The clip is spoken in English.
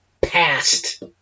past